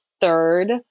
third